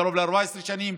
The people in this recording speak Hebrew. קרוב ל-14 שנים,